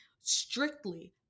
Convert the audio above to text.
strictly